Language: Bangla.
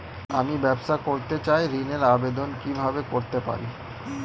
আমি ব্যবসা করতে চাই ঋণের আবেদন কিভাবে করতে পারি?